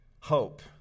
hope